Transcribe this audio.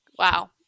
Wow